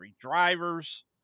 drivers